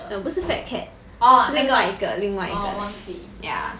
no 不是 fat cat 是另外一个另外一个 ya